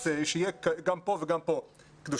אז שיהיה גם פה וגם פה קדושה.